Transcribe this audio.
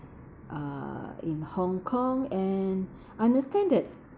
uh in hong kong and I understand that